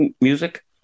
music